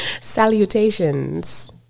Salutations